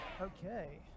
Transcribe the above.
Okay